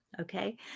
Okay